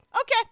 okay